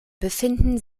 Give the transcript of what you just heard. befinden